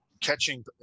catching